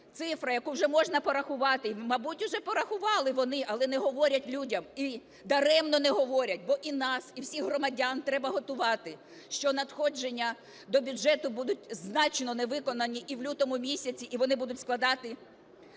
цифра, яку вже можна порахувати, і, мабуть, уже порахували вони, але не говорять людям. І даремно не говорять, бо і нас, і всіх громадян треба готувати, що надходження до бюджету будуть значно невиконані і в лютому місяці, і вони будуть складати